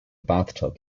bathtub